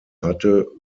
hatte